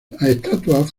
estatuas